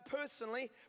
personally